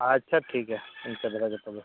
ᱟᱪᱪᱷᱟ ᱴᱷᱤᱠᱟ ᱤᱱᱠᱟᱹ ᱫᱷᱟᱨᱟ ᱜᱮ ᱛᱚᱵᱮ